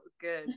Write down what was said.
Good